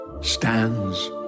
stands